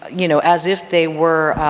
you know as if they were,